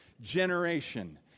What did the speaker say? generation